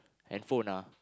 and phone ah